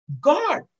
God